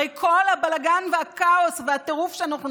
הרי כל הבלגן והכאוס והטירוף שבהם אנחנו